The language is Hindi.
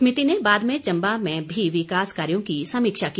समिति ने बाद में चम्बा में भी विकास कार्यों की समीक्षा की